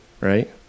right